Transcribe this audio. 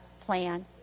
plan